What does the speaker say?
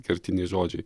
kertiniai žodžiai